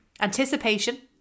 anticipation